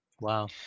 Wow